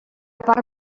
part